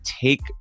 take